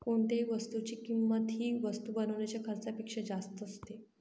कोणत्याही वस्तूची किंमत ही वस्तू बनवण्याच्या खर्चापेक्षा जास्त असते